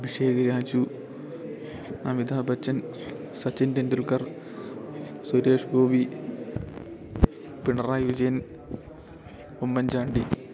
Abhishek Raju Amitha Bachchan Sachin റ്റെണ്ടുൽക്കർ Suresh Gopi Pinarayi Vijayan Oommen Chandy